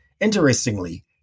Interestingly